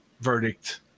verdict